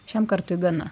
šiam kartui gana